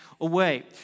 away